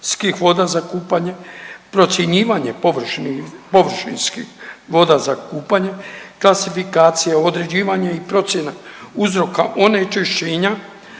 voda za kupanje, procjenjivanje površinskih voda za kupanje, klasifikacija, određivanje i procjena uzroka onečišćenja